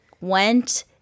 went